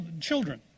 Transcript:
children